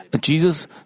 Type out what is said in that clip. Jesus